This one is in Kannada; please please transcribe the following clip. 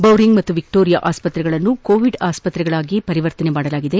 ಬೌರಿಂಗ್ ಮತ್ತು ವಿಕ್ಟೋರಿಯಾ ಆಸ್ಪತ್ರೆಗಳನ್ನು ಕೋವಿಡ್ ಆಸ್ಪತ್ರೆಗಳನ್ನಾಗಿ ಪರಿವರ್ತನೆ ಮಾಡಲಾಗಿದೆ